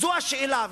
זו השאלה.